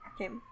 Okay